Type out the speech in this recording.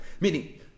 Meaning